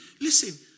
Listen